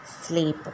sleep